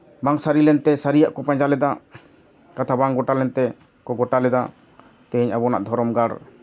ᱵᱟᱝ ᱥᱟᱹᱨᱤ ᱞᱮᱱᱛᱮ ᱥᱟᱹᱨᱤᱭᱟᱜ ᱠᱚ ᱯᱟᱸᱡᱟ ᱞᱮᱫᱟ ᱠᱟᱛᱷᱟ ᱵᱟᱝ ᱜᱳᱴᱟ ᱞᱮᱱᱛᱮ ᱠᱚ ᱜᱳᱴᱟ ᱞᱮᱫᱟ ᱛᱮᱦᱤᱧ ᱟᱵᱚᱱᱟᱜ ᱫᱷᱚᱨᱚᱢ ᱜᱟᱲ